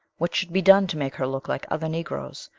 what should be done to make her look like other negroes,